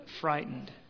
frightened